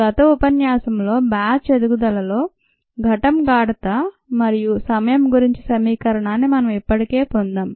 గత ఉపన్యాసంలో బ్యాచ్ ఎదుగుదలలో ఘటం గాఢత మరియు సమయం గురించి సమీకరణాన్ని మనం ఇప్పటికే పొందాం